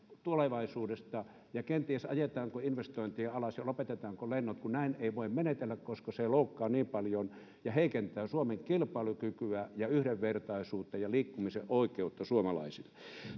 tulevaisuudesta ja siitä ajetaanko kenties investointeja alas ja lopetetaanko lennot kun näin ei voi menetellä koska se loukkaa niin paljon ja heikentää suomen kilpailukykyä ja yhdenvertaisuutta ja liikkumisen oikeutta suomalaisille